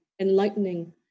enlightening